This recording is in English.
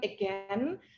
again